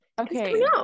okay